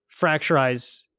Fracturized